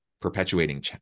perpetuating